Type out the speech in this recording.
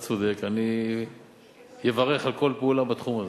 אתה צודק, אני אברך על כל פעולה בתחום הזה.